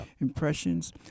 Impressions